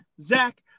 Zach